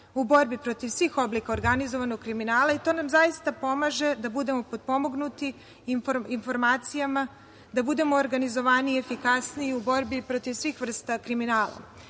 u borbi protiv svih oblika organizovanog kriminala i to nam zaista pomaže da budemo potpomognuti informacija, da budemo organizovaniji, efikasniji u borbi protiv svih vrsta kriminala. Pre